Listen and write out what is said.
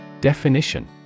Definition